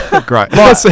Great